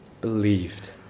believed